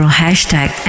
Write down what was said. hashtag